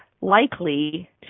likely